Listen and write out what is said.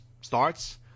starts